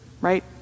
right